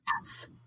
Yes